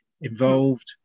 Involved